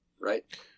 Right